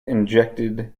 injected